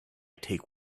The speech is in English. take